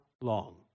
long